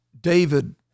David